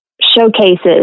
showcases